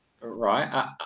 Right